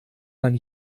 man